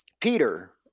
Peter